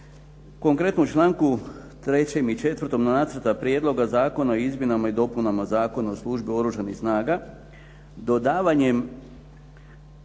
Konkretno u članku 3. i 4. Nacrta prijedloga zakona o Izmjenama i dopunama Zakona o službi Oružanih snaga, dodavanjem